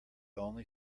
only